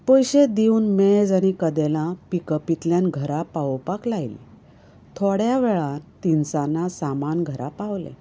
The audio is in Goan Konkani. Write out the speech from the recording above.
पयशे दिवन मेज आनी कदेलां पिकपींतल्यान घरा पावोवपाक लायलीं थोड्या वेळा तिनसानां सामान घरा पावलें